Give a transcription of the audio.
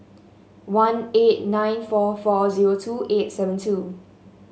one eight nine four four zero two eight seven two